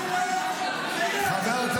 אדוני היושב-ראש,